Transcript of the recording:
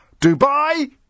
Dubai